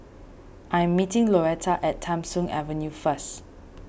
I am meeting Louetta at Tham Soong Avenue first